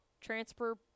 transfer